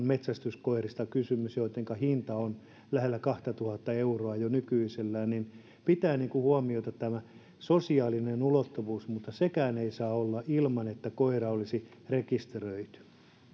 metsästyskoirista kysymys joitten hinta on lähellä kaksituhatta euroa jo nykyisellään niin pitää huomioida tämä sosiaalinen ulottuvuus mutta sekään ei saa olla ilman että koira olisi rekisteröity